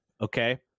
Okay